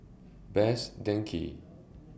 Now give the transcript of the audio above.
Best Denki